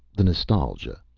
the nostalgia,